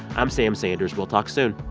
i'm sam sanders. we'll talk soon